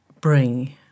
bring